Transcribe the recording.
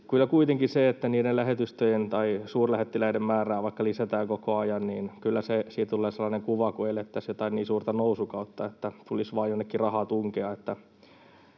Kyllä kuitenkin siitä, että lähetystöjen tai suurlähettiläiden määrää lisätään koko ajan, tulee sellainen kuva kuin elettäisiin jotain niin suurta nousukautta, että tulisi vain jonnekin rahaa tunkea.